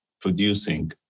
producing